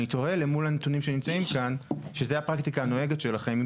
אני תוהה למול הנתונים שנמצאים כאן וזאת הפרקטיקה הנוהגת שלכם אם